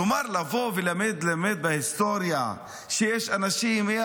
כלומר לבוא וללמד בהיסטוריה שיש כמה אנשים טובים,